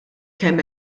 kemm